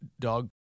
dog